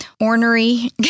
ornery